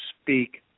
speak